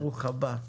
ברוך הבא.